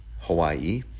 Hawaii